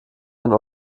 ein